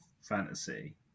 fantasy